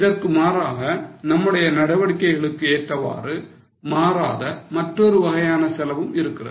இதற்கு மாறாக நம்முடைய நடவடிக்கைகளுக்கு ஏற்றவாறு மாறாத மற்றொரு வகையான செலவும் இருக்கிறது